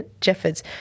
jeffords